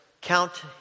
count